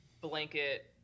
blanket